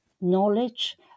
knowledge